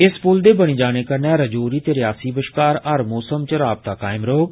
इस पुल दे बनी जाने कन्नै राजौरी ते रियासी बश्कार हर मौसम इच राबता कायम रौह्ग